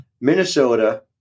Minnesota